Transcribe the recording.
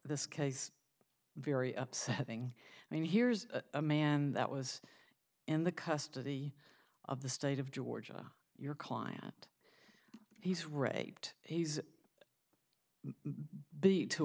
this case very upsetting i mean here's a man that was in the custody of the state of georgia your client he's raped he's beat to